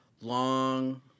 long